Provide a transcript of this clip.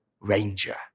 ranger